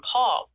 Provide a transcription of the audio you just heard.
Paul